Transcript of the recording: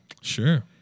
Sure